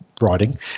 writing